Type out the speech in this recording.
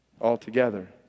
altogether